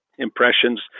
impressions